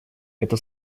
это